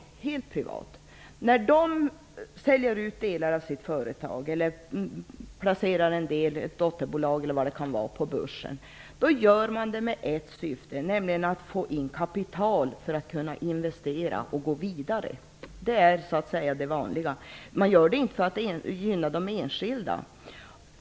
När ett sådant företag säljer ut delar av företaget eller placerar ett dotterbolag på Börsen, gör företaget detta i ett syfte, nämligen att få in kapital för att investera och gå vidare. Det är den vanliga orsaken. Detta görs inte för att gynna de enskilda.